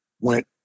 went